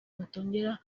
batongera